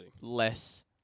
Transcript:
less